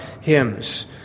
hymns